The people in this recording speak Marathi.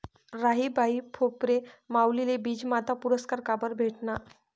राहीबाई फोफरे माउलीले बीजमाता पुरस्कार काबरं भेटना?